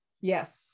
Yes